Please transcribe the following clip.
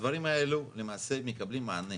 הדברים האלו למעשה מקבלים מענה.